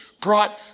brought